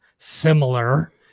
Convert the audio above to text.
similar